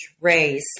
race